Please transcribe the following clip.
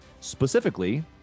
specifically